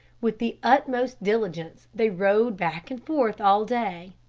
with the utmost diligence they rowed back and forth all day.